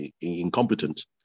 incompetent